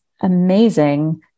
amazing